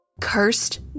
cursed